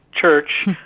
church